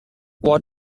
what